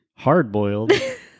Hardboiled